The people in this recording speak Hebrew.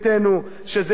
שזה "ישראל היום",